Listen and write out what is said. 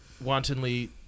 wantonly